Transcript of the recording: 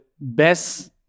best